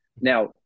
Now